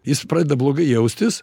jis pradeda blogai jaustis